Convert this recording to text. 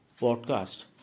podcast